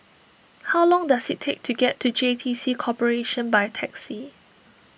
how long does it take to get to J T C Corporation by taxi